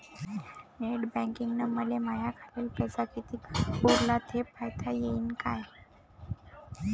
Net बँकिंगनं मले माह्या खाल्ल पैसा कितीक उरला थे पायता यीन काय?